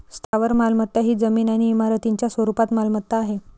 स्थावर मालमत्ता ही जमीन आणि इमारतींच्या स्वरूपात मालमत्ता आहे